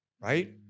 right